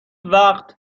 وقت